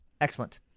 Excellent